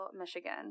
Michigan